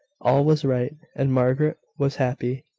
all was right, and margaret was happy.